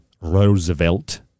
Roosevelt